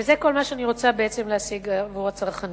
וזה כל מה שאני רוצה בעצם להשיג עבור הצרכנים.